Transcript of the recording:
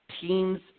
teams